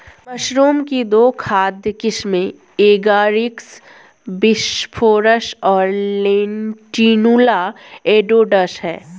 mushroom की दो खाद्य किस्में एगारिकस बिस्पोरस और लेंटिनुला एडोडस है